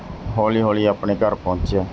ਹੌਲੀ ਹੌਲੀ ਆਪਣੇ ਘਰ ਪਹੁੰਚਿਆ